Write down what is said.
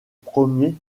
premiers